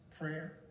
prayer